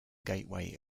gateway